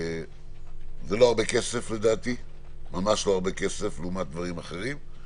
זה לא הרבה כסף לדעתי לעומת דברים אחרים.